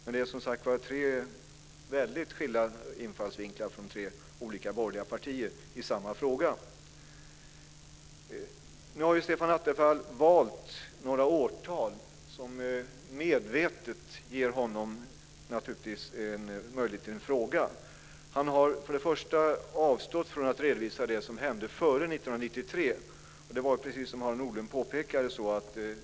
Men det är tre väldigt skilda infallsvinklar från tre olika borgerliga partier i samma fråga. Nu har Stefan Attefall valt några årtal som medvetet ger honom möjlighet till en fråga. Han har först och främst avstått från att redovisa det som hände före 1993. Det var precis som Harald Nordlund påpekade.